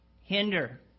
hinder